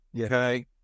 Okay